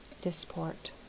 disport